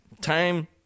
Time